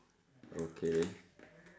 okay